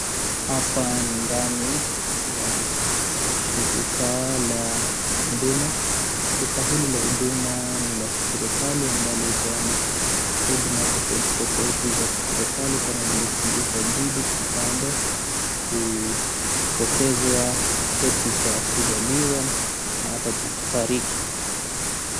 Hapa ni ndani ya shirika la huduma, shirika hili la huduma ni la kiserikali ambalo hupeana huduma tofauti tofauti za kiserikali kama vile kujisajili kipande, kupokezwa cheti cha kuzaliwa na hata cha kufariki.